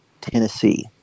tennessee